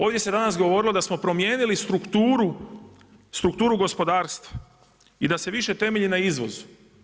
Ovdje se danas govorilo da smo promijenili strukturu gospodarstva i da se više temelji na izvozu.